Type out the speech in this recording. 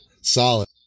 Solid